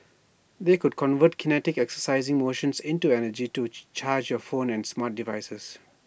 the could convert kinetic exercising motions into energy to charge your phones and smart devices